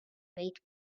bait